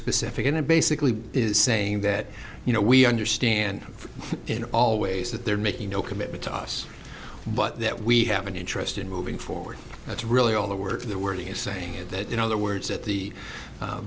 specific and it basically is saying that you know we understand in all ways that they're making no commitment to us but that we have an interest in moving forward that's really all the work the wording is saying is that in other words at the